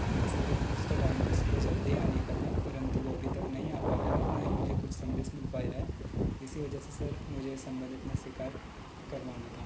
अगर उसका टाइमिंग सुबह जल्दी आने का था परंतु वो अभी तक नहीं आ पाया है और न ही मुझे कुछ संदेश मिल पाया है इसी वजह से सर मुझे संबंधित में शिकायत करवाना था